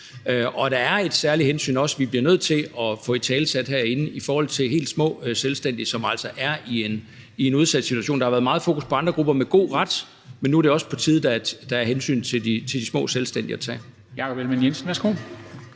Og der er også et særligt hensyn, som vi bliver nødt til at få italesat herinde, i forhold til helt små selvstændige, som altså er i en udsat situation. Der har været meget fokus på andre grupper – med god ret – men nu er det også på tide, at der bliver taget hensyn til de små selvstændige. Kl. 13:56 Formanden (Henrik